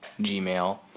Gmail